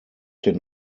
den